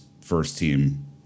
first-team